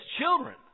children